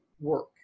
work